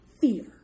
fear